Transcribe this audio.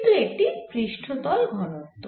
কিন্তু এটি পৃষ্ঠতল ঘনত্ব